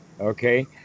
Okay